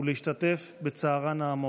ולהשתתף בצערן העמוק.